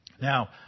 Now